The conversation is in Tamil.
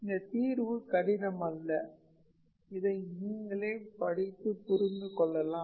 இந்த தீர்வு கடினமல்ல இதை நீங்களே படித்துப் புரிந்து கொள்ளலாம்